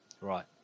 Right